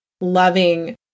loving